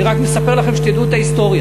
אני רק מספר לכם שתדעו את ההיסטוריה,